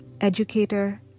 educator